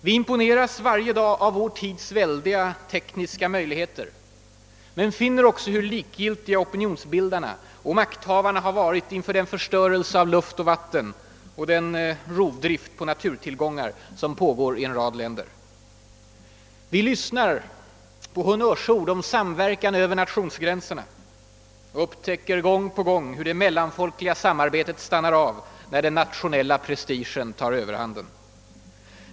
Vi imponeras varje dag av vår tids väldiga tekniska möjligheter — men finner också hur likgiltiga opinionsbildarna och makthavarna har varit inför den förstörelse av luft och vatten och den rovdrift på naturtillgångar som pågår i en rad länder. Vi lyssnar på honnörsord om samverkan Över nationsgränserna — och upptäcker gång på gång hur det mellanfoikliga samarbetet stannar av när den nationella prestigen tar överhanden.